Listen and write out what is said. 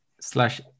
slash